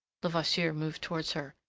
levasseur moved towards her.